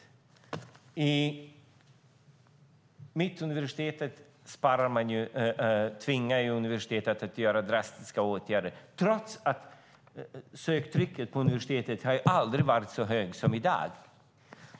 Man tvingar Mittuniversitetet att spara och vidta drastiska åtgärder trots att söktrycket på universitetet aldrig har varit så stort som i dag.